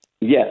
yes